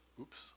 oops